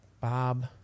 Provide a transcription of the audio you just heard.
Bob